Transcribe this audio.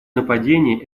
нападения